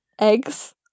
Eggs